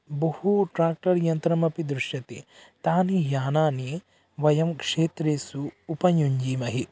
बहु ट्राक्टर् यन्त्रमपि दृश्यते तानि यानानि वयं क्षेत्रेषु उपयुञ्जीमहि